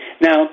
Now